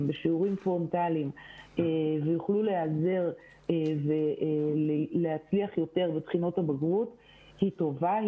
בשיעורים פרונטליים ויוכלו להיעזר ולהצליח יותר בבחינות הבגרות היא טובה,